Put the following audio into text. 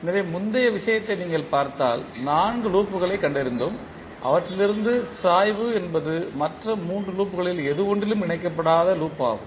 எனவே முந்தைய விஷயத்தை நீங்கள் பார்த்தால் 4 லூப்களை கண்டறிந்தோம் அவற்றில் இருந்து சாய்வு என்பது மற்ற 3 லூப்களில் எது ஒன்றிலும் இணைக்கப்படாத லூப் மாகும்